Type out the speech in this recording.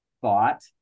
thought